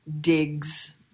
digs